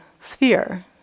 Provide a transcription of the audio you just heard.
sphere